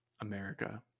America